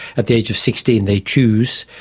at the age of sixteen they choose,